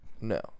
No